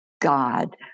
God